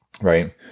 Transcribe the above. right